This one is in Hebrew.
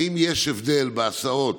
האם יש הבדל בהסעות